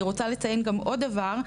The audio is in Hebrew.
אני רוצה לציין גם עוד דבר,